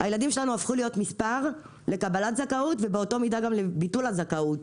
הילדים שלנו הפכו להיות מספר לקבלת זכאות ובאותה מידה גם לביטול הזכאות.